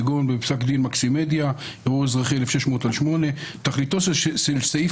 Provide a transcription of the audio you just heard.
כגון בפסק דין מקסימדיה ע"א 1600/08: "תכליתו של סעיף